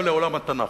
אבל לעולם התנ"ך.